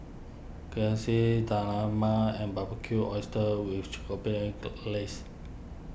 Dal Man and Barbecued Oysters with Glaze